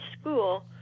school